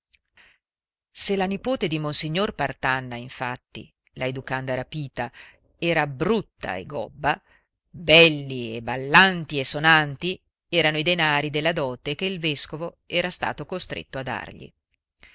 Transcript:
se la nipote di monsignor partanna infatti la educanda rapita era brutta e gobba belli e ballanti e sonanti erano i denari della dote che il vescovo era stato costretto a dargli